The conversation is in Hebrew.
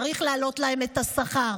צריך להעלות להם את השכר.